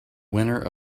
winner